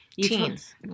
Teens